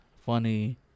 funny